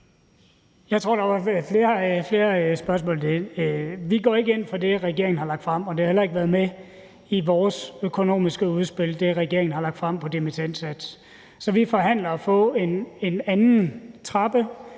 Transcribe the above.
Jeg tror, at der var flere spørgsmål i det. Vi går ikke ind for det, regeringen har lagt frem, og det har heller ikke været med i vores økonomiske udspil, altså det, regeringen har lagt frem om dimittendsats. Så vi forhandler om at få en anden trappe,